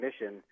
mission